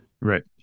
Right